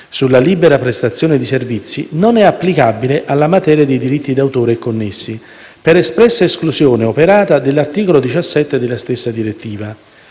sulla libera prestazione di servizi non è applicabile alla materia dei diritti d'autore e connessi, per espressa esclusione operata dall'articolo 17 della stessa direttiva;